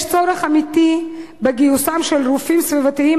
יש צורך אמיתי בגיוסם של רופאים סביבתיים,